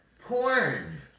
porn